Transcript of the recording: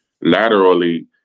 laterally